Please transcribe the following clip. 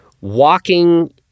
walking